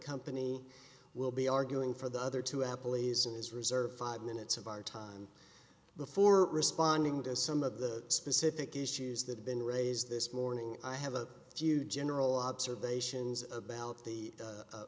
company will be arguing for the other two apple is in his reserve five minutes of our time and before responding to some of the specific issues that have been raised this morning i have a few general observations about the